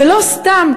ולא סתם,